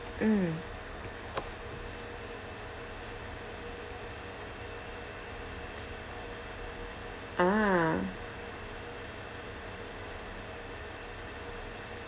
mm ah